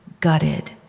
gutted